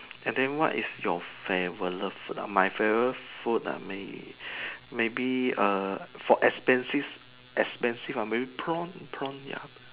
and then what is your favourite food ah my favourite food may maybe err for expensive expensive err maybe prawn prawn ya